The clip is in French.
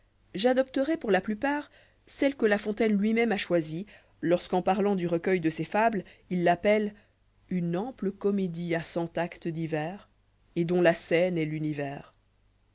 j adopteroispour ia plupart celle que la fontaine lui-même a choisie lorsqu'en parlant du recueil de ses fables il l'appelle une ample comédie à cent actes divers et dont la scène est l'univers